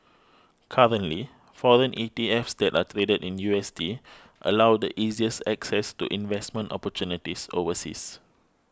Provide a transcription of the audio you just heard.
currently foreign E T Fs that are traded in U S D allow the easiest access to investment opportunities overseas